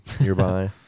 nearby